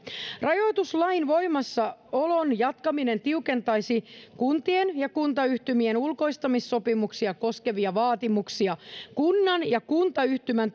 rajoituslain voimassaolon jatkaminen tiukentaisi kuntien ja kuntayhtymien ulkoistamissopimuksia koskevia vaatimuksia kunnan ja kuntayhtymän